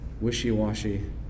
wishy-washy